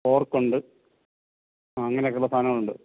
pork ഉണ്ട് അങ്ങനെയൊക്കെയുള്ള സാധനങ്ങളുണ്ട്